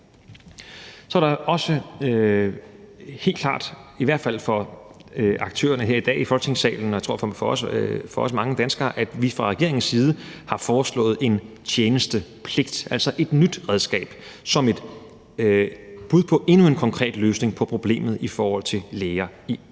Så er det også helt klart for i hvert fald aktørerne her i dag i Folketingssalen, og jeg tror også, det er det for mange danskere, at vi fra regeringens side har foreslået en tjenestepligt, altså et nyt redskab, som et bud på endnu en konkret løsning på problemet i forhold til læger i almen